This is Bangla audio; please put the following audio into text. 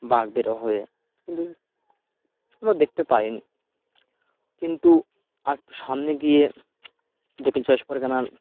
বাঘ বেরোবে কিন্তু আমরা দেখতে পাই নি কিন্তু একটু সামনে গিয়ে দক্ষিণ চব্বিশ পরগনার